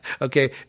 Okay